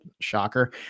Shocker